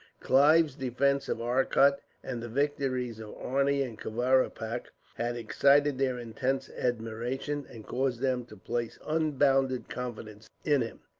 clive's defence of arcot, and the victories of arni and kavaripak, had excited their intense admiration, and caused them to place unbounded confidence in him.